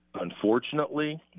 unfortunately